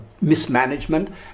mismanagement